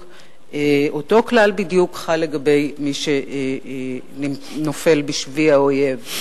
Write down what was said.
אותו כלל בדיוק חל לגבי מי שנופל בשבי האויב,